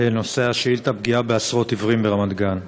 נושא השאילתה: פגיעה בעשרות עיוורים ברמת-גן.